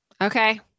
Okay